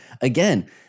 again